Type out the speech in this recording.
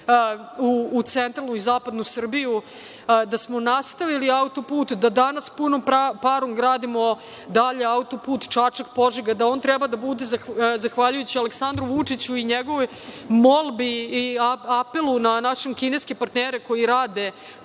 u centralnu i zapadnu Srbiju, da smo nastavili autoput, da danas punom parom gradimo dalje autoput Čačak - Požega, da on treba da bude zahvaljujući Aleksandru Vučiću i njegovoj molbi i apelu na naše kineske partnere koji rade